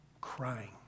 crying